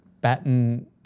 Batten